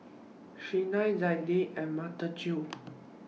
Shena Zelda and Mitchell